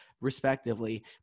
respectively